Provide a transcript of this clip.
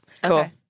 cool